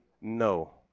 no